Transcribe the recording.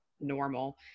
normal